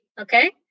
okay